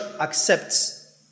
accepts